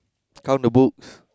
count the books